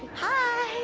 hi!